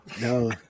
No